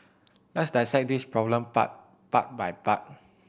let's dissect this problem part part by part